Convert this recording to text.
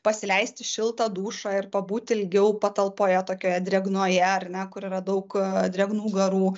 pasileisti šiltą dušą ir pabūt ilgiau patalpoje tokioje drėgnoje ar ne kur yra daug drėgnų garų